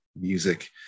music